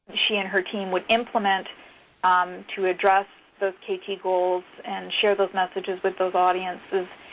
she and her team would implement to address those kt goals and share those messages with those audiences,